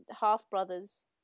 half-brothers